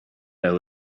there